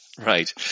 Right